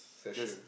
just